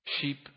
Sheep